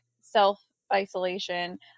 self-isolation